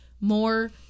more